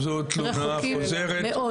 רחוקים מאוד.